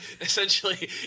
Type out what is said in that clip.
essentially